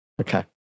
Okay